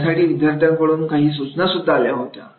यासाठी विद्यार्थ्यांकडून काही सूचनासुद्धा आल्या होत्या